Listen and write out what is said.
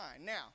Now